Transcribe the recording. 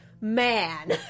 man